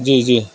جی جی